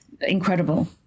incredible